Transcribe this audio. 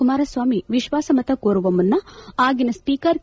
ಕುಮಾರಸ್ವಾಮಿ ವಿಶ್ವಾಸ ಮತ ಕೋರುವ ಮುನ್ನ ಆಗಿನ ಸ್ವೀಕರ್ ಕೆ